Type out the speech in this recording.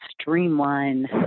streamline